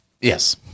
Yes